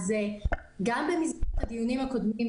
גם במסגרת הדיונים הקודמים,